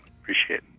Appreciate